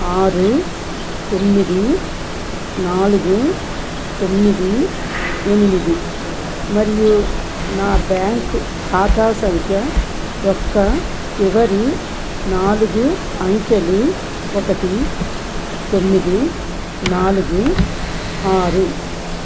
ఆరు తొమ్మిది నాలుగు తొమ్మిది ఎనిమిది మరియు నా బ్యాంకు ఖాతా సంఖ్య యొక్క చివరి నాలుగు అంకెలు ఒకటి తొమ్మిది నాలుగు ఆరు